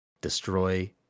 Destroy